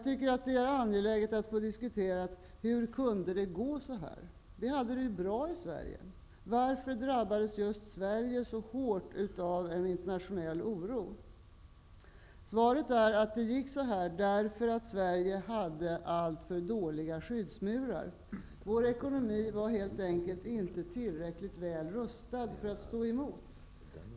Det är angeläget att diskutera hur det kunde gå så här. Vi hade det ju bra i Sverige. Varför drabbades just Sverige så hårt av en internationell oro? Svaret är att det gick så här därför att Sverige hade alltför dåliga skyddsmurar. Vår ekonomi var helt enkelt inte tillräckligt väl rustad för att stå emot.